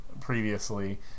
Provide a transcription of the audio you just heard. previously